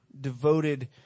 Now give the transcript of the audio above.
devoted